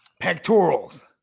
Pectorals